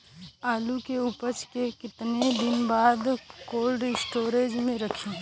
आलू के उपज के कितना दिन बाद कोल्ड स्टोरेज मे रखी?